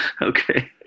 Okay